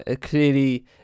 clearly